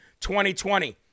2020